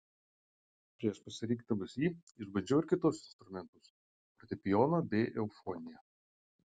prieš pasirinkdamas jį išbandžiau ir kitus instrumentus fortepijoną bei eufoniją